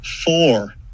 Four